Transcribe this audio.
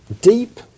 deep